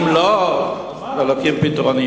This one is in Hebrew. אבל מה יקרה אם